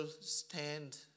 stand